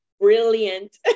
Brilliant